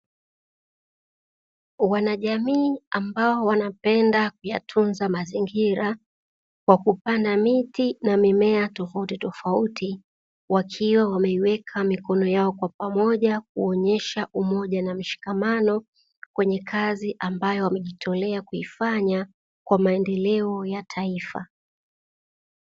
Wanajamii ambao wanapenda kuyatunza mazingira, kwa kupanda miti na mimea tofauti tofauti. Wakiwa wameiweka mikono yao kwa pamoja kuonyesha umoja na mshikamano kwenye kazi ambayo wamejitolea kuifanya kwa maendeleo ya taifa.